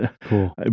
Cool